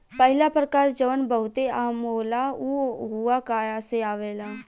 पहिला प्रकार जवन बहुते आम होला उ हुआकाया से आवेला